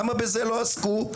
למה בזה לא עסקו?